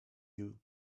you